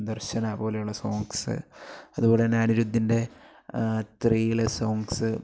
ദർശന പോലെയുള്ള സോങ്സ് അതുപോലെത്തന്നെ അനിരുദ്ധിൻ്റെ ത്രീയിലെ സോങ്സ്